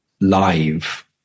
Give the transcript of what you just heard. live